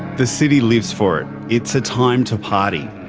the city lives for it. it's a time to party.